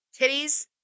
titties